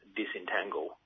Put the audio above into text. disentangle